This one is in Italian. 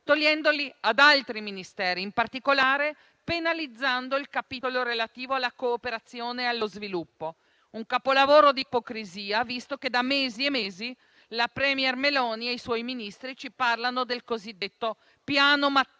togliendoli ad altri Ministeri, in particolare penalizzando il capitolo relativo alla cooperazione e allo sviluppo; un capolavoro di ipocrisia visto che, da mesi e mesi, la *premier* Meloni e i suoi Ministri ci parlano del cosiddetto piano Mattei.